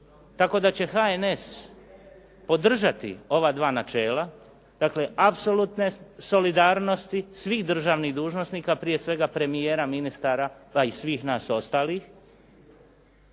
Tako da će HNS podržati ova dva načela, dakle apsolutne solidarnosti svih državnih dužnosnika, prije svega premijera, ministara pa i svih nas ostalih